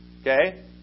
Okay